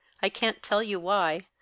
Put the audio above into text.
i can't tell you why.